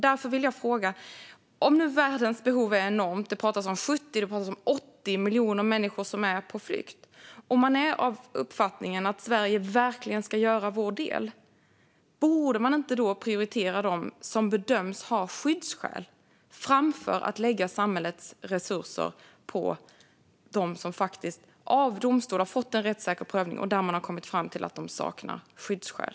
Därför vill jag fråga: Om nu världens behov är enormt - det pratas om 70 eller 80 miljoner människor som är på flykt - och man är av uppfattningen att vi i Sverige verkligen ska göra vår del, borde man inte då prioritera dem som bedöms ha skyddsskäl framför att lägga samhällets resurser på dem som faktiskt har fått en rättssäker prövning i domstol där det har framkommit att de saknar skyddsskäl?